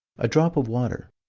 a drop of water.